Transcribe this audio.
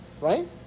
right